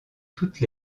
toutes